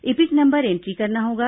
EPIC number entry करना होगा